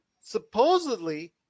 Supposedly